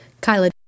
Kyla